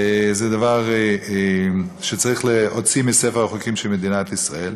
זה דבר שצריך להוציא מספר החוקים של מדינת ישראל.